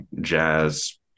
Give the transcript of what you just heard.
jazz